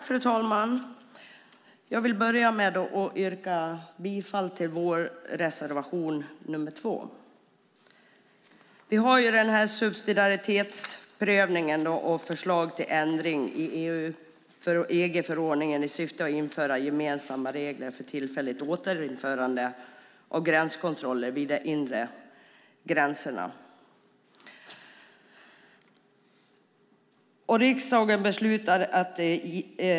Fru talman! Jag yrkar bifall till vår reservation nr 2. Det handlar om subsidiaritetsprövningen och förslag till ändring i EU-förordningen i syfte att införa gemensamma regler för tillfälligt återinförande av gränskontroller vid de inre gränserna.